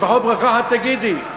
לפחות ברכה אחת תגידי.